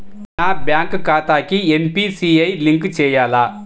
నా బ్యాంక్ ఖాతాకి NPCI link చేయాలా?